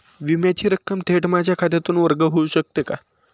विम्याची रक्कम थेट माझ्या खात्यातून वर्ग होऊ शकते का?